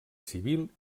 civil